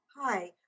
Hi